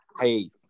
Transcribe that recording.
hey